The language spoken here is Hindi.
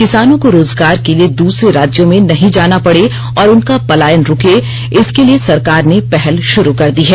किसानों को रोजगार के लिए दूसरे राज्यों में नहीं जाना पड़े और उनका पलायन रूके इसके लिए सरकार ने पहल शुरू कर दी है